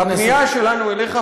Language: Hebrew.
הפנייה שלנו אליך,